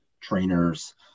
trainers